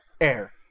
air